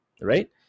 Right